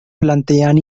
plantean